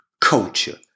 culture